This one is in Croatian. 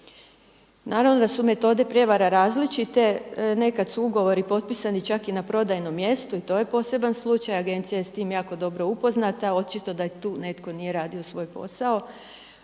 Naravno da su metode prijevara različite. Nekad su ugovori potpisani čak i na prodajnom mjestu i to je poseban slučaj. Agencija je s tim jako dobro upoznata. Očito da tu netko nije radio svoj posao.